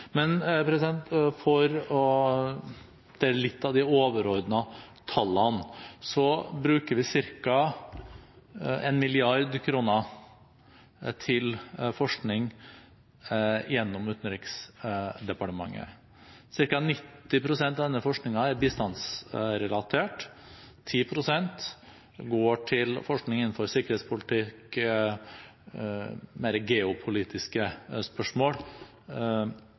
Men for å ta litt av de overordnede tallene, så bruker vi ca. én milliard kroner til forskning gjennom Utenriksdepartementet. Ca. 90 pst. av denne forskningen er bistandsrelatert, 10 pst. går til forskning innenfor sikkerhetspolitikk, mer geopolitiske spørsmål,